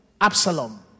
Absalom